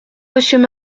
monsieur